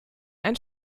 einen